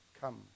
Come